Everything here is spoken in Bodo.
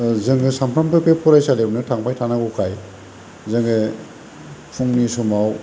जोङो सानफ्रोमबो बे फरायसालियावनो थांबाय थानांगौखाय जोङो फुंनि समाव